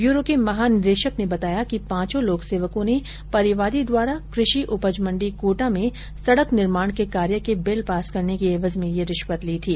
bureau के महानिदेशक ने बताया कि पांचों लोक सेवकों ने परिवादी द्वारा कृषि उपज मंडी कोटा में सड़क निर्माण के कार्य के बिल पास करने के एवज में यह रिश्वत ली थी